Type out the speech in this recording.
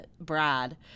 Brad